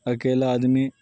اکیلا آدمی